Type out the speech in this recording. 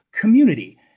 community